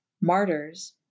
martyrs